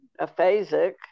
aphasic